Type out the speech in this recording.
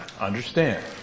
understand